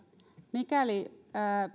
mikäli